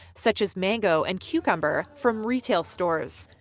such as mango and cucumber, from retail stores.